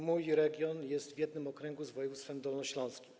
Mój region jest w jednym okręgu z województwem dolnośląskim.